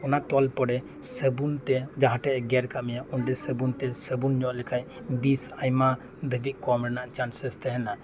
ᱚᱱᱟ ᱛᱚᱞ ᱯᱚᱨᱮ ᱥᱟᱵᱚᱱ ᱛᱮ ᱡᱟᱦᱟᱸ ᱴᱷᱮᱱ ᱮ ᱜᱮᱨ ᱟᱠᱟᱫ ᱢᱮᱭᱟ ᱚᱸᱰᱮ ᱥᱟᱵᱚᱱ ᱛᱮ ᱥᱟᱵᱚᱱ ᱧᱚᱜ ᱞᱮᱠᱷᱟᱱ ᱵᱤᱥ ᱟᱭᱢᱟ ᱫᱷᱟᱵᱤᱡ ᱠᱚᱢ ᱨᱮᱱᱟᱜ ᱪᱟᱱᱥᱮᱥ ᱛᱟᱦᱮᱸᱱᱟ